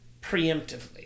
preemptively